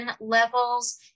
levels